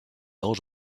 old